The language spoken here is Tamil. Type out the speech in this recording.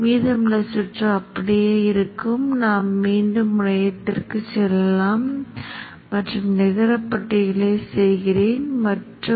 நீங்கள் டிரான்சென்ட்டில் ஆர்வம் காட்டவில்லை என்றால் உருவகப்படுத்துதல் நேரத்தை குறுகிய காலத்திற்குச் செய்வதற்கு இது மிகவும் அருமையான அணுகுமுறையாகும்